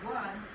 one